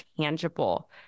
tangible